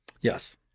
Yes